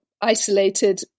isolated